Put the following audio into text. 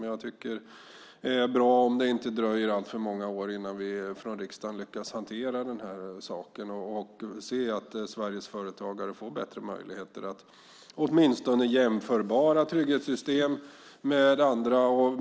Jag tycker att det är bra om det inte dröjer alltför många år innan vi från riksdagen lyckas hantera denna fråga och ser att Sveriges företagare får bättre möjligheter och får trygghetssystem som åtminstone är jämförbara med andra.